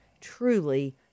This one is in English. truly